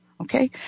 Okay